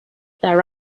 there